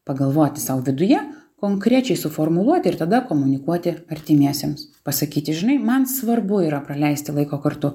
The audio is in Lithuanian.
pagalvoti sau viduje konkrečiai suformuluoti ir tada komunikuoti artimiesiems pasakyti žinai man svarbu yra praleisti laiko kartu